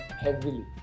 heavily